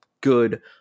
good